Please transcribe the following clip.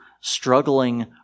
struggling